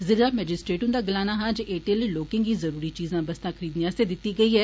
जिला मैजीस्ट्रेट हुंदा गलाना हा जे एह् ढिल्ल लोकें गी जरूरी चीजां बस्तां खरीदने आस्तै दित्ती गेई ऐ